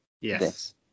Yes